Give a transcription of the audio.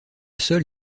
sol